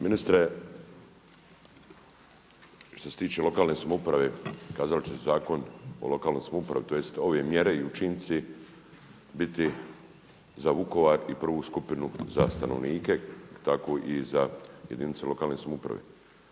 Ministre, što se tiče lokalne samouprave, kazali ste Zakon o lokalnoj samoupravi tj. ove mjere i učinci biti za Vukovar i prvu skupinu za stanovnike tako i za jedinice lokalne samouprave,